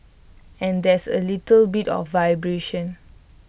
and there's A little bit of vibration